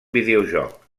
videojoc